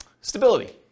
Stability